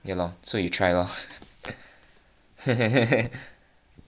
ya loh so you try loh